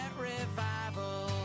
revival